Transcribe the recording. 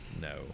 No